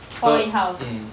for a house